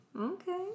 Okay